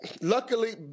luckily